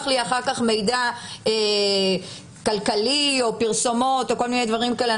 לי אחר כך מידע כלכלי או פרסומות או כל מיני דברים כאלה?